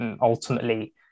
ultimately